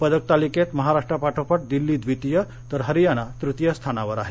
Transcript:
पदकतालिकेत महाराष्ट्रापाठोपाठ दिल्ली द्वितीय तर हरियाना तृतीय स्थानावार आहे